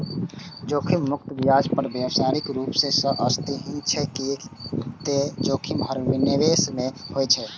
जोखिम मुक्त ब्याज दर व्यावहारिक रूप सं अस्तित्वहीन छै, कियै ते जोखिम हर निवेश मे होइ छै